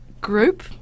group